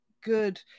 good